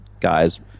guys